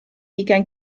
ugain